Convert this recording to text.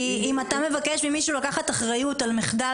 כי אם אתה מבקש ממישהו לקחת אחריות על מחדל